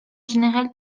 général